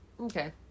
okay